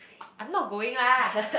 I'm not going lah